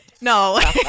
no